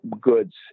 goods